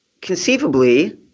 conceivably